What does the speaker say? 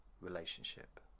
relationship